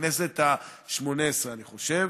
בכנסת השמונה עשרה, אני חושב,